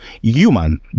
human